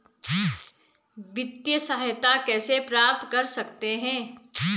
वित्तिय सहायता कैसे प्राप्त कर सकते हैं?